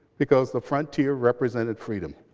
because the frontier represented freedom.